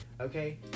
okay